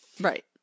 Right